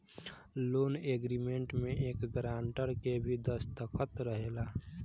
loan agreement में एक grantor के भी दस्तख़त रहेला